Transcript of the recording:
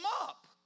up